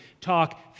talk